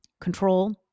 control